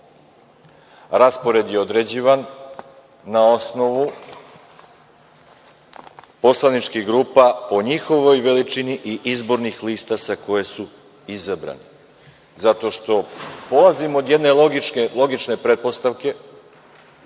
dogovore. Raspored je određivan na osnovu poslaničkih grupa po veličini i izbornih lista sa koje su izabrani, zato što polazimo od jedne logične pretpostavke